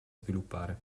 sviluppare